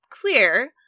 clear